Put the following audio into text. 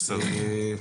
אין בעיה.